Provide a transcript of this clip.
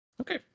Okay